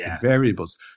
variables